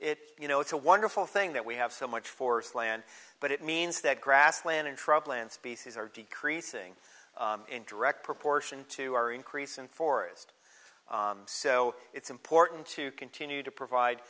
it you know it's a wonderful thing that we have so much force land but it means that grassland in trouble and species are decreasing in direct proportion to our increase in forest so it's important to continue to provide